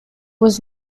was